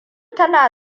tana